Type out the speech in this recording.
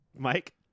Mike